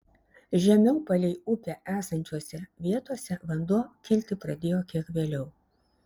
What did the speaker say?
žemiau palei upę esančiose vietose vanduo kilti pradėjo kiek vėliau